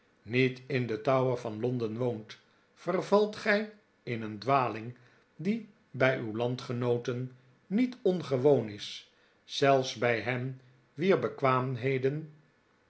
niet in den tower van londen woont vervalt gij in een dvaling die bij uw landgenooten niet ongewoon is zelfs bij hen wier bekwaamheden